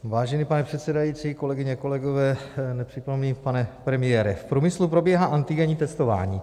Vážený pane předsedající, kolegyně, kolegové, nepřítomný pane premiére, v průmyslu probíhá antigenní testování.